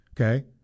Okay